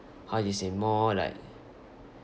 how do you say more like